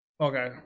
Okay